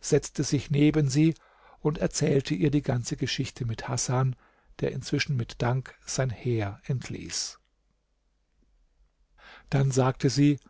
setzte sich neben sie und erzählte ihr die ganze geschichte mit hasan der inzwischen mit dank sein heer entließ dann sagte sie